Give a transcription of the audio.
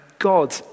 God